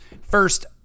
First